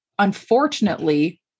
Unfortunately